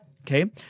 Okay